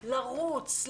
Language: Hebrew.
לרוץ,